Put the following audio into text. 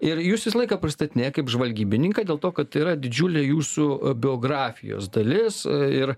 ir jus visą laiką pristatinėja kaip žvalgybininką dėl to kad yra didžiulė jūsų biografijos dalis ir